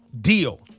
Deal